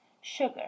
sugar